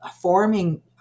forming